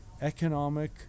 economic